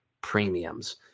premiums